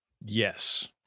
Yes